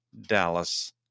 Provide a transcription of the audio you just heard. Dallas